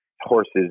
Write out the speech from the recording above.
horses